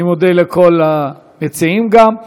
אני מודה לכל המציעים גם.